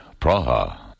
Praha